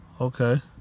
okay